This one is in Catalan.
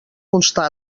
constar